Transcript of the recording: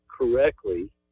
correctly